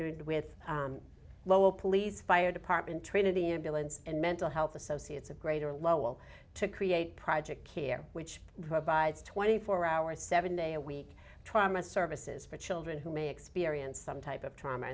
d with lowell police fire department trinity ambulance and mental health associates of greater lowell to create project care which provides twenty four hour seven day a week trauma services for children who may experience some type of trauma